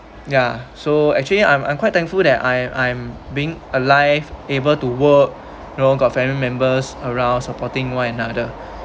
ya so actually I'm I'm quite thankful that I I'm being alive able to work you know got family members around supporting one another